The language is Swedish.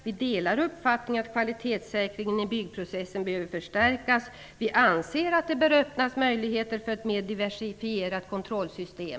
Vi delar uppfattningen att kvalitetssäkringen i byggprocessen behöver förstärkas. Vi anser att det bör öppnas möjligheter för ett mer diversifierat kontrollsystem, --.''